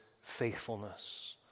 faithfulness